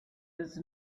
his